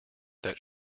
that